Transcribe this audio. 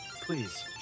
please